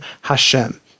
Hashem